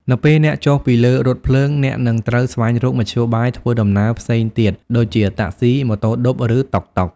នៅពេលអ្នកចុះពីលើរថភ្លើង អ្នកនឹងត្រូវស្វែងរកមធ្យោបាយធ្វើដំណើរផ្សេងទៀត ដូចជា តាក់ស៊ី ម៉ូតូឌុប ឬតុកតុក។